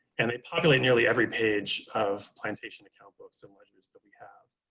and they populate nearly every page of plantation account books and ledgers that we have.